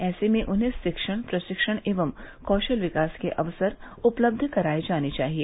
ऐसे में उन्हें शिक्षण प्रशिक्षण एवं कौशल विकास के अवसर उपलब्ध कराये जाने चाहिए